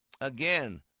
again